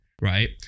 Right